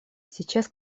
сейчас